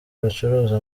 bacuranze